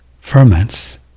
ferments